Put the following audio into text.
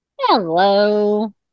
Hello